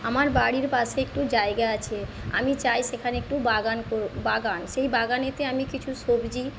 আমার বাড়ির পাশে একটু জায়গা আছে আমি চাই সেখানে একটু বাগান বাগান সেই বাগানেতে আমি কিছু সবজি